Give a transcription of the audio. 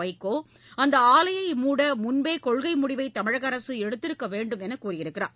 வைகோஅந்த ஆலையை மூட முன்பே கொள்கை முடிவை தமிழக அரசு எடுத்திருக்க வேண்டும் என்றும் கூறியுள்ளார்